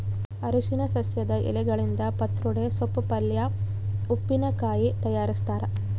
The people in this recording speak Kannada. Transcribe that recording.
ಅರಿಶಿನ ಸಸ್ಯದ ಎಲೆಗಳಿಂದ ಪತ್ರೊಡೆ ಸೋಪ್ ಪಲ್ಯೆ ಉಪ್ಪಿನಕಾಯಿ ತಯಾರಿಸ್ತಾರ